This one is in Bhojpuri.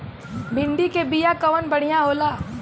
भिंडी के बिया कवन बढ़ियां होला?